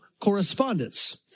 Correspondence